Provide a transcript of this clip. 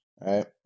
Right